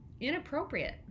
inappropriate